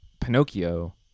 Pinocchio